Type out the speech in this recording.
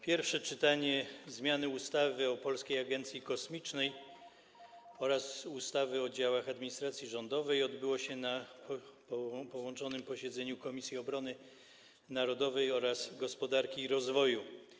Pierwsze czytanie zmiany ustawy o Polskiej Agencji Kosmicznej oraz ustawy o działach administracji rządowej odbyło się na posiedzeniu połączonych Komisji: Obrony Narodowej oraz Gospodarki i Rozwoju.